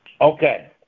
Okay